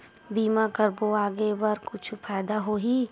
बीमा करबो आगे बर कुछु फ़ायदा होही?